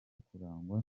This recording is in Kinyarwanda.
kurangwa